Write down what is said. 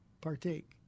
partake